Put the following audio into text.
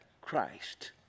Christ